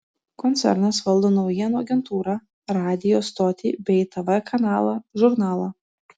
koncernas valdo naujienų agentūrą radijo stotį bei tv kanalą žurnalą